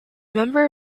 member